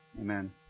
Amen